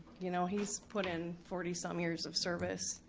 you know, he's put in forty some years of service.